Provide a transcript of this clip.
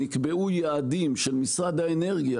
נקבעו יעדים של משרד האנרגיה,